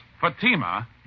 Fatima